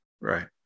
right